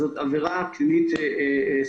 זאת תהיה עבירה פלילית ספציפית.